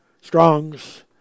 Strong's